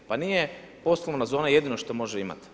Pa nije poslovna zona jedino što može imati.